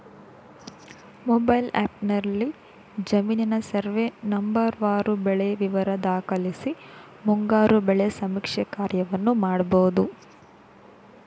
mobile ಆ್ಯಪ್ನಲ್ಲಿ ಜಮೀನಿನ survey ನಂಬರ್ವಾರು ಬೆಳೆ ವಿವರ ದಾಖಲಿಸಿ ಮುಂಗಾರು ಬೆಳೆ ಸಮೀಕ್ಷೆ ಕಾರ್ಯವನ್ನು ಮಾಡ್ಬೋದು